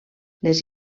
les